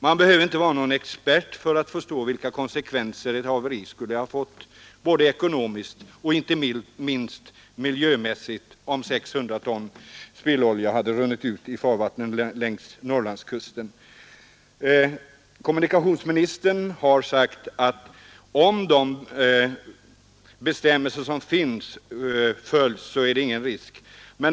Man behöver inte vara någon expert för att förstå vilka konsekvenser ett haveri skulle ha fått, ekonomiskt och inte minst miljömässigt, om 600 ton spillolja hade runnit ut i farvattnen längs Norrlandskusten. Kommunikationsministern har sagt att om förefintliga bestämmelser följs är det ingen risk.